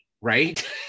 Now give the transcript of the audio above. right